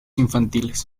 infantiles